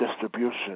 distribution